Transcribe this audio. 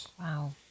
Wow